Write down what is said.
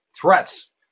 threats